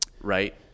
right